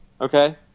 Okay